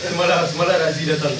semalam semalam razi datang